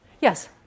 Yes